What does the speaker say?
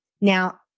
Now